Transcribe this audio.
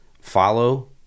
follow